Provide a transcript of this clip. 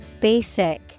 Basic